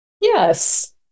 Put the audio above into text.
Yes